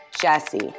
Jesse